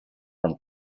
from